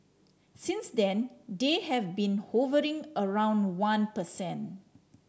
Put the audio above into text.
since then they have been hovering around one per cent